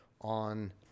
on